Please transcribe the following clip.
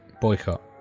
Boycott